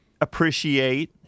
appreciate